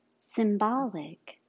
symbolic